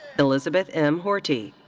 elizabeth m. horti.